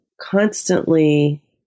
constantly